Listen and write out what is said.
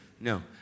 No